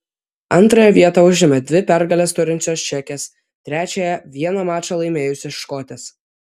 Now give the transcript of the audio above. antrąją vietą užėmė dvi pergales turinčios čekės trečiąją vieną mačą laimėjusios škotės